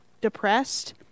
depressed